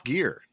Gear